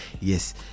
yes